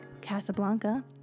Casablanca